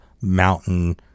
mountain